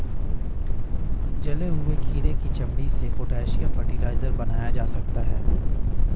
जले हुए खीरे की चमड़ी से पोटेशियम फ़र्टिलाइज़र बनाया जा सकता है